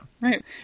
Right